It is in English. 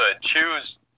choose